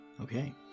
Okay